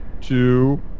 two